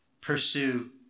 pursue